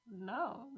no